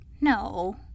No